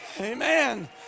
amen